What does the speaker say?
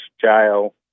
jail